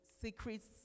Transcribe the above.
Secrets